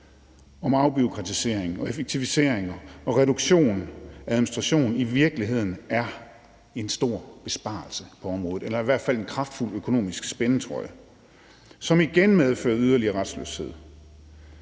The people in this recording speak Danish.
om afbureaukratisering, effektivisering og reduktion af administration i virkeligheden ligger en stor besparelse på området – eller i hvert fald en kraftig økonomisk spændetrøje, som igen medfører yderligere retsløshed.